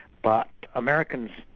but americans,